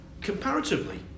Comparatively